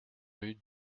rue